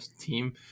team